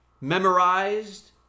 memorized